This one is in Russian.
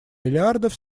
миллиардов